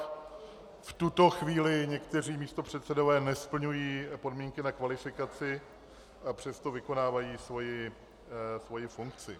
V tuto chvíli někteří místopředsedové nesplňují podmínky na kvalifikaci, a přesto vykonávají svoji funkci.